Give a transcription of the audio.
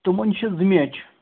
تِمَن چھِ زٕ میچ